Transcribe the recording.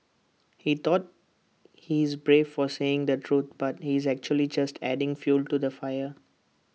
he thought he's brave for saying the truth but he's actually just adding fuel to the fire